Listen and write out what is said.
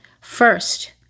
First